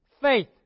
Faith